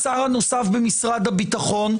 השר הנוסף במשרד הביטחון,